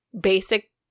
basic